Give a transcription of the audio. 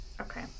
Okay